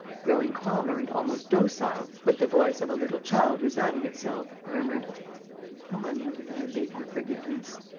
growing calmer and almost docile, with the voice of a little child resigning itself, murmured tell my mother that i beg her forgiveness.